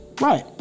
right